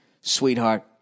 sweetheart